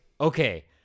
okay